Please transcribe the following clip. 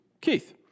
Keith